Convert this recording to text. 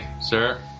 Sir